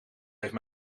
heeft